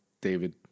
David